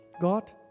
God